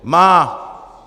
Má!